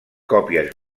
còpies